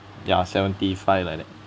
ya seventy five like that